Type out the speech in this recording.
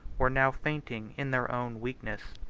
were now fainting in their own weakness.